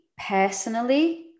personally